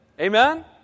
Amen